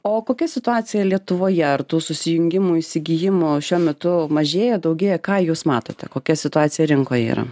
o kokia situacija lietuvoje ar tų susijungimų įsigijimų šiuo metu mažėja daugėja ką jūs matote kokia situacija rinkoje yra